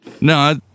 no